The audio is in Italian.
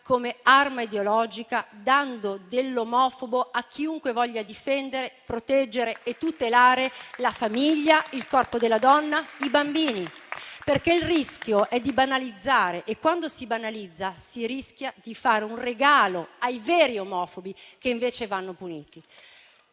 come arma ideologica, dando dell'omofobo a chiunque voglia difendere, proteggere e tutelare la famiglia, il corpo della donna e i bambini. Il rischio è la banalizzazione e, quando si banalizza, si rischia di fare un regalo ai veri omofobi, che invece vanno puniti.